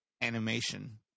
animation